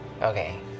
Okay